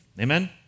Amen